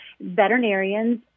veterinarians